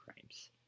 crimes